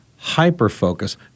hyper-focus